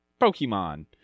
Pokemon